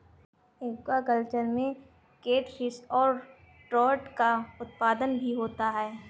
aquaculture में catfish और trout का उत्पादन भी होता है